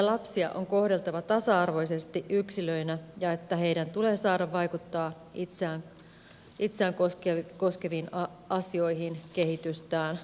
lapsia on kohdeltava tasa arvoisesti yksilöinä ja heidän tulee saada vaikuttaa itseään koskeviin asioihin kehitystään vastaavasti